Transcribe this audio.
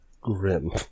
grim